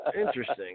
interesting